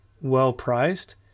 well-priced